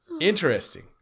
interesting